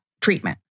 treatment